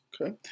Okay